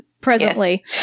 presently